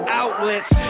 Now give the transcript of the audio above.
outlets